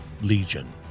legion